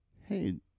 hey